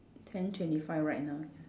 ten twenty five right now